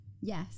yes